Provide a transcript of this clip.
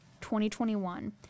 2021